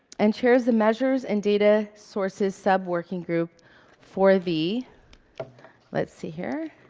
and shares the measures and data sources sub-working group for the let's see here,